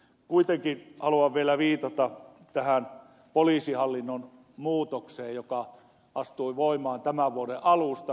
kuitenkin haluan vielä viitata tähän poliisihallinnon muutokseen joka astui voimaan tämän vuoden alusta